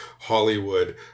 Hollywood